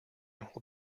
we’ll